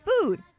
food